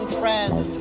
friend